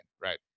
right